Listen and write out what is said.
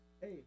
Hey